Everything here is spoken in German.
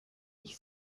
ich